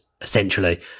essentially